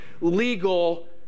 legal